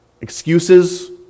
excuses